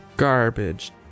Garbage